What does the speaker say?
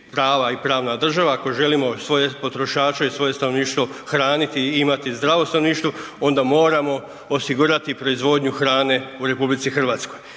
prava i pravna država, ako želimo svoje potrošače i svoje stanovništvo hraniti i imati zdravo stanovništvo onda moramo osigurati proizvodnju hrane u RH. I valjda